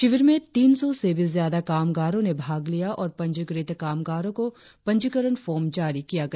शिविर में तीन सौ से भी ज्यादा कामगारों ने भाग लिया और पंजीकृत कामगारों को पंजीकरण फॉर्म जारी किया गया